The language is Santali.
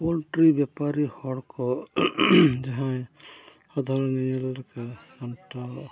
ᱯᱳᱞᱴᱨᱤ ᱵᱮᱯᱟᱨᱤ ᱦᱚᱲ ᱠᱚ ᱡᱟᱦᱟᱸᱭ ᱟᱫᱷᱟ ᱧᱮᱧᱮᱞ ᱠᱟᱱ ᱥᱟᱢᱴᱟᱣ